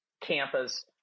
campus